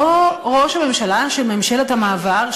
או ראש הממשלה של ממשלת המעבר,